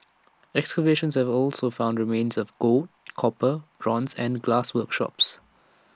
excavations have also found remains of gold copper bronze and glass workshops